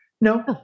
No